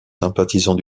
sympathisant